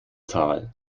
tal